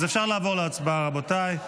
אז אפשר לעבור להצבעה, רבותיי.